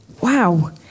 Wow